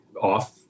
off